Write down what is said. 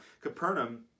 Capernaum